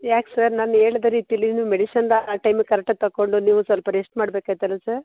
ಯಾಕೆ ಸರ್ ನಾನು ಹೇಳಿದ ರೀತಿಲ್ಲಿ ನೀವು ಮೆಡಿಶನ್ ಆ ಟೈಮಿಗೆ ಕರೆಕ್ಟಾಗಿ ತಕೊಂಡು ನೀವು ಸ್ವಲ್ಪ ರೆಸ್ಟ್ ಮಾಡ್ಬೇಕಾಗಿತ್ತಲ್ಲ ಸರ್